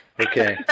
Okay